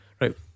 Right